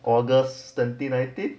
august twenty nineteen